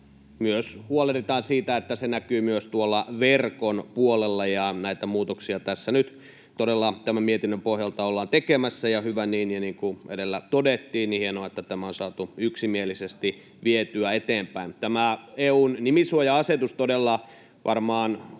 myös huolehditaan siitä, että se nimisuoja näkyy myös tuolla verkon puolella, ja näitä muutoksia tässä nyt todella tämän mietinnön pohjalta ollaan tekemässä, ja hyvä niin. Niin kuin edellä todettiin, on hienoa, että tämä on saatu yksimielisesti vietyä eteenpäin. Tämä EU:n nimisuoja-asetus todella varmaan